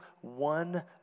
one